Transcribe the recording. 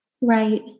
Right